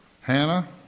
Hannah